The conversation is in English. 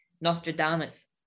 Nostradamus